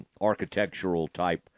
architectural-type